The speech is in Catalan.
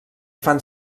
fan